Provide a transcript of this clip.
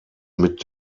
mit